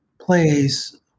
plays